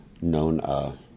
known